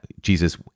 Jesus